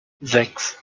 sechs